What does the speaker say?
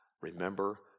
remember